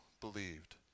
believed